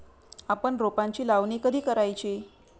आपण रोपांची लावणी कधी करायची?